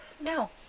No